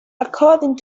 according